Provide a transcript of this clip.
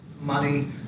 money